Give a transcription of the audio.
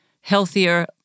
healthier